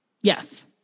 Yes